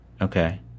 okay